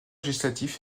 législatif